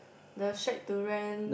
the shade to rent